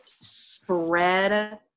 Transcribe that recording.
spread